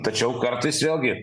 tačiau kartais vėlgi